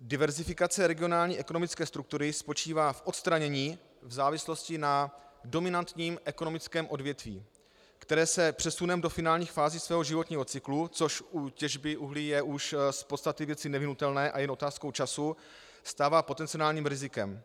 Diverzifikace regionální ekonomické struktury spočívá v odstranění závislosti na dominantním ekonomickém odvětví, které se přesunem do finálních fází svého životního cyklu, což u těžby uhlí je už z podstaty věci nevyhnutelné a je jen otázkou času, stává potenciálním rizikem.